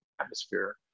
atmosphere